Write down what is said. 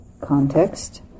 context